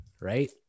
Right